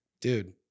Dude